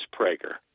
Prager